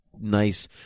nice